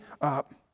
up